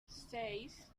seis